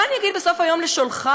מה אני אגיד בסוף היום לשולחי?